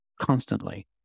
constantly